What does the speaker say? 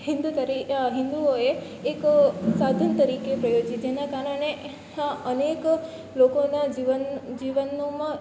હિન્દુ તરીકે હિન્દુઓએ એક સાધન તરીકે પ્રયોજી જેના કારણે અનેક લોકોના જીવન જીવનોમાં